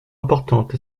importante